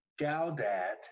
Gaudat